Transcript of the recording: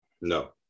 No